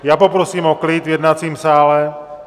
Já poprosím o klid v jednacím sále.